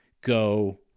go